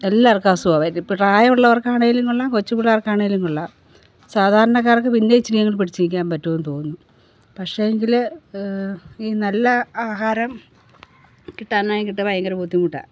എല്ലാവര്ക്കും അസുഖമാ പ്രായം ഉള്ളവർക്ക് ആണെങ്കിലും കൊള്ളാം കൊച്ചു പിള്ളേർക്ക് ആണെങ്കിലും കൊള്ളാം സാധാരണക്കാര്ക്ക് പിന്നെയും ഇച്ചിരിയെങ്കിലും പിടിച്ച് നിൽക്കാന് പറ്റും എന്ന് തോന്നുന്നു പക്ഷേയെങ്കിൽ ഈ നല്ല ആഹാരം കിട്ടാനായിട്ട് ഭയങ്കര ബുദ്ധിമുട്ടാണ്